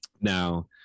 now